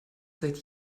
seit